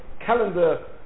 calendar